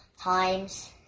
times